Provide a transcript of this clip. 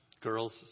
Girls